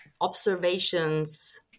observations